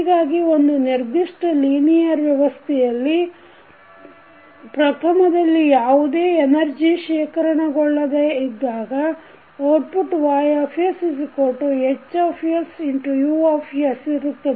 ಹೀಗಾಗಿ ಒಂದು ನಿರ್ದಿಷ್ಟ ಲೀನಿಯರ್ ವ್ಯವಸ್ಥೆಯಲ್ಲಿ ಪ್ರಥಮದಲ್ಲಿ ಯಾವುದೇ ಎನರ್ಜಿ ಶೇಖರಣಗೊಳ್ಳದೆ ಇದ್ದಾಗ ಔಟ್ಪುಟ್YsHsU ಇರುತ್ತದೆ